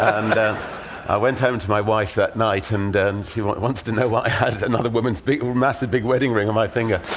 and i went home to my wife that night and and she wanted to know why i had another woman's big, massive, big wedding ring on my finger.